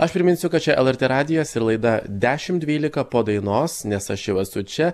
aš priminsiu kad čia lrt radijas ir laida dešimt dvylika po dainos nes aš jau esu čia